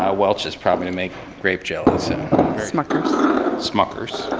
ah welch's, probably, to make grape jelly smucker's smucker's.